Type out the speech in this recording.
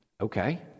okay